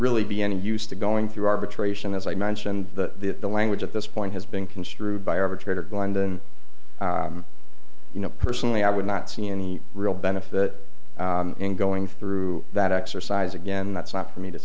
really be any use to going through arbitration as i mentioned at the language at this point has been construed by arbitrator landon you know personally i would not see any real benefit in going through that exercise again that's not for me to